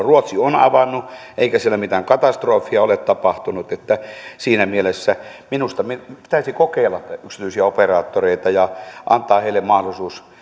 ruotsi on avannut eikä siellä mitään katastrofia ole tapahtunut niin että siinä mielessä minusta täytyy kokeilla yksityisiä operaattoreita ja antaa heille mahdollisuus